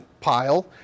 pile